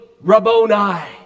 rabboni